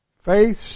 Faith